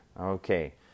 Okay